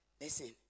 Listen